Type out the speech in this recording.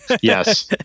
Yes